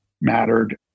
mattered